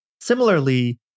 Similarly